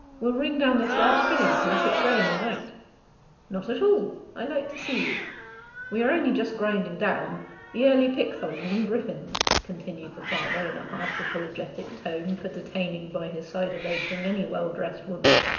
we'll wring down this last filling to let it drain all night not at all. i like to see you we are only just grinding down the early pickthongs and griffins continued the farmer, in a half-apologetic tone for detaining by his cider-making any well-dressed woman.